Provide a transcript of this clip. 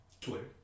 Twitter